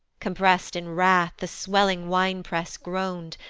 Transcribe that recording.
compres'd in wrath the swelling wine-press groan'd,